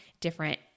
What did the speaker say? different